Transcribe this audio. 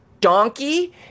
donkey